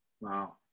wow